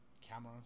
Cameras